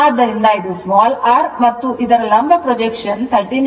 ಆದ್ದರಿಂದ ಇದು r ಮತ್ತು ಇದರ ಲಂಬ ಪ್ರೊಜೆಕ್ಷನ್ 39